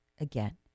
again